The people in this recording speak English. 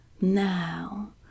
Now